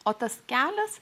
o tas kelias